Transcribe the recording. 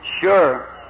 Sure